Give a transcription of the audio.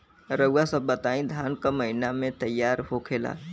रउआ सभ बताई धान क महीना में तैयार होखेला?